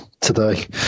today